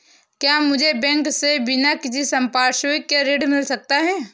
क्या मुझे बैंक से बिना किसी संपार्श्विक के ऋण मिल सकता है?